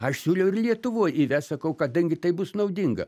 aš siūliau ir lietuvoj įvest sakau kadangi tai bus naudinga